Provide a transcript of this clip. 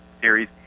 Series